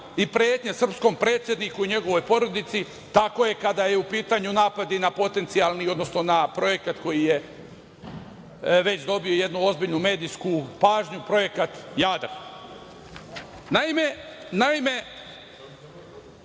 i pretnja srpskom predsedniku i njegovoj porodici, tako je kada je u pitanju napad na potencijalni, odnosno na projekat koji je dobio već jednu medijsku pažnju, projekat Jadar. Naime, ukoliko